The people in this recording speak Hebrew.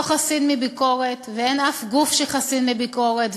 חסין מביקורת ואין אף גוף שחסין מביקורת,